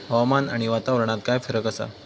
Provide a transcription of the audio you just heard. हवामान आणि वातावरणात काय फरक असा?